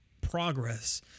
progress